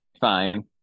fine